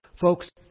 Folks